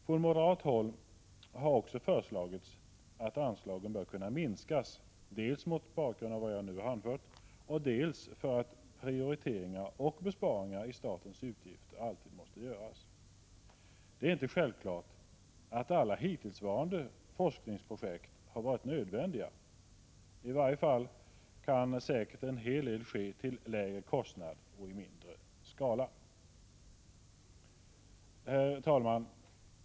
Från moderat håll har också föreslagits att anslagen bör kunna minskas, dels mot bakgrund av vad jag nyss anfört, dels för att prioriteringar och besparingar i statens utgifter alltid måste göras. Det är inte självklart att alla hittillsvarande forskningsprojekt har varit nödvändiga. I varje fall kan säkert en hel del ske till lägre kostnad och i mindre skala. Herr talman!